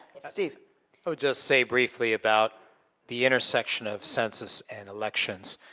steve. i would just say briefly about the intersection of census and elections.